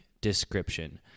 description